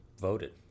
voted